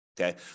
Okay